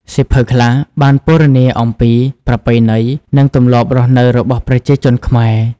សៀវភៅខ្លះបានពណ៌នាអំពី ប្រពៃណី និង ទម្លាប់រស់នៅ របស់ប្រជាជនខ្មែរ។